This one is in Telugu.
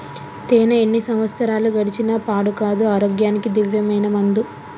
తేనే ఎన్ని సంవత్సరాలు గడిచిన పాడు కాదు, ఆరోగ్యానికి దివ్యమైన మందు